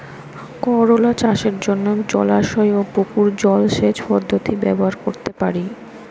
করোলা চাষের জন্য জলাশয় ও পুকুর জলসেচ পদ্ধতি ব্যবহার করতে পারি?